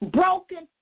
broken